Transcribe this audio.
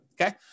okay